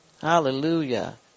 Hallelujah